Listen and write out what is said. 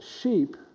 sheep